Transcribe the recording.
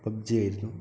പബ്ജിയായിരുന്നു